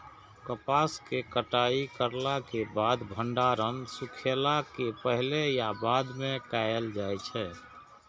कपास के कटाई करला के बाद भंडारण सुखेला के पहले या बाद में कायल जाय छै?